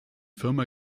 firma